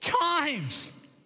times